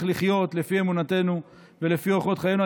לחיות לפי אמונתנו ולפי אורחות חיינו.